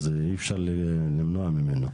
אז אי אפשר למנוע ממנו.